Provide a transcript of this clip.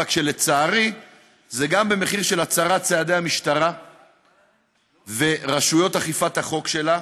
רק שלצערי זה גם במחיר של הצרת צעדי המשטרה ורשויות אכיפת החוק שלה,